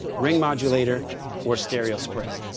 ring modulator or stereo spread.